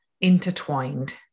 intertwined